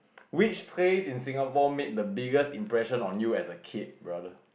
which place in Singapore made the biggest impression on you as a kid brother